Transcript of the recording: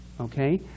okay